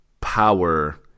power